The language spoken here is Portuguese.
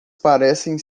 parecem